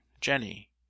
jenny